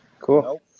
Cool